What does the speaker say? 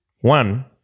One